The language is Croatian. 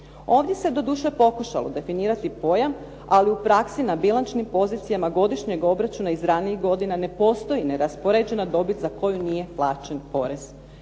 Ovdje se doduše pokušalo definirati pojam ali u praksi na …/Govornik se ne razumije./… pozicija godišnjeg obračuna iz ranijih godina ne postoji neraspoređena dobit za koju nije plaćen porez.